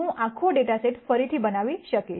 હું આખો data set ફરીથી બનાવી શકશે